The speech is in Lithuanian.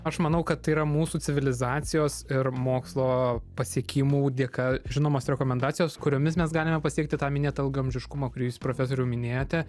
aš manau kad tai yra mūsų civilizacijos ir mokslo pasiekimų dėka žinomos rekomendacijos kuriomis mes galime pasiekti tą minėtą ilgaamžiškumą kurį jūs profesoriau minėjote